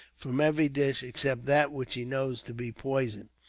from every dish except that which he knows to be poisoned,